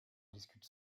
discute